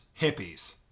hippies